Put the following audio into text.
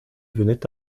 venait